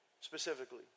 specifically